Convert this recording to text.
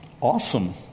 awesome